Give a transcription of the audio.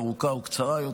ארוכה או קצרה יותר.